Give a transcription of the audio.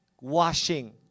washing